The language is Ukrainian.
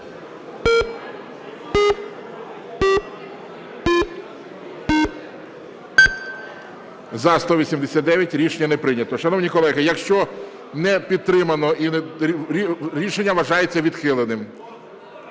За-189 Рішення не прийнято. Шановні колеги, якщо не підтримано, рішення вважається відхиленим.